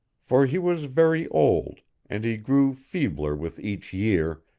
for he was very old, and he grew feebler with each year,